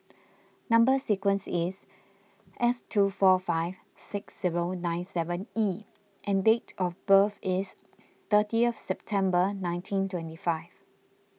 Number Sequence is S two four five six zero nine seven E and date of birth is thirtieth September nineteen twenty five